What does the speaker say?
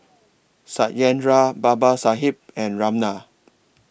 Satyendra Babasaheb and Ramnath